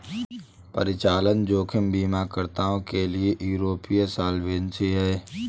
परिचालन जोखिम बीमाकर्ताओं के लिए यूरोपीय सॉल्वेंसी है